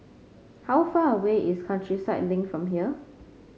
how far away is Countryside Link from here